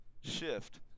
shift